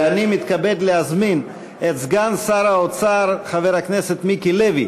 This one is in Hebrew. ואני מתכבד להזמין את סגן שר האוצר חבר הכנסת מיקי לוי